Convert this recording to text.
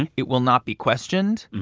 and it will not be questioned.